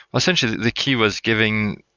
essentially, the key was giving,